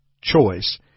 choice